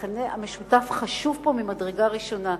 המכנה המשותף חשוב פה ממדרגה ראשונה.